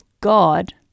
God